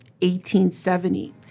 1870